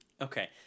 Okay